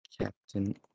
Captain